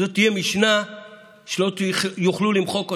זו תהיה משנה שלא יוכלו למחוק אותה.